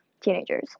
teenagers